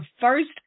first